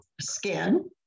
skin